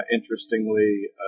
Interestingly